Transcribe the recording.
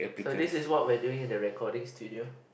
so this is what we're doing in the recording studio